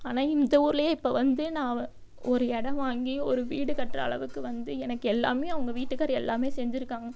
ஆனால் இந்த ஊர்லயே இப்போ வந்து நான் ஒரு எடம் வாங்கி ஒரு வீடு கட்டுற அளவுக்கு வந்து எனக்கு எல்லாமே அவங்க வீட்டுக்கார் எல்லாமே செஞ்சிருக்காங்க